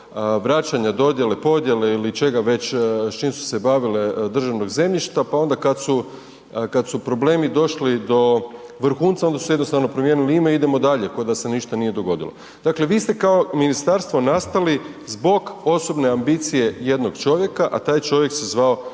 vraćanja, dodjele, podijele ili čega već s čim su se bavile, državnog zemljišta, pa onda kad su, kad su problemi došli do vrhunca, onda su si jednostavno promijenili ime, idemo dalje koda se ništa nije dogodilo. Dakle, vi ste kao ministarstvo nastali zbog osobne ambicije jednog čovjeka, a taj čovjek se zvao